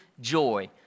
joy